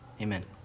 Amen